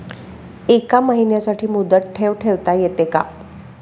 एका महिन्यासाठी मुदत ठेव ठेवता येते का?